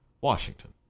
Washington